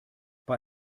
bei